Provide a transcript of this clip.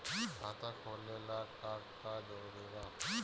खाता खोले ला का का जरूरी बा?